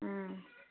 ம்